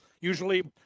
Usually